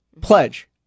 Pledge